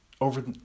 over